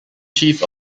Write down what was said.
chief